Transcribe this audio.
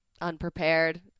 unprepared